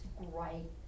great